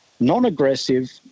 non-aggressive